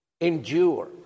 Endure